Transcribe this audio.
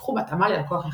ופותחו בהתאמה ללקוח אחד.